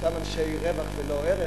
אותם אנשי רווח ולא ערך,